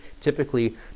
typically